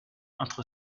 entre